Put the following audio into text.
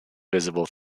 visible